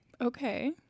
Okay